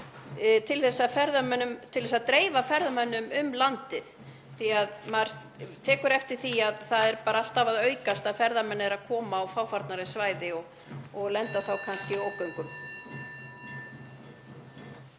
til þess að dreifa ferðamönnum um landið því að maður tekur eftir því að það er alltaf að aukast að ferðamenn komi á fáfarnari svæði og lenda þá kannski í ógöngum.